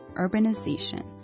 urbanization